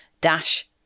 dash